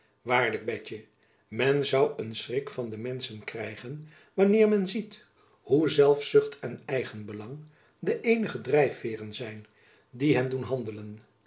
waarlijk betjen men zoû een schrik van de menschen krijgen wanneer men ziet hoe zelfzucht en eigenbelang de eenige drijfveeren zijn die hen doen handelen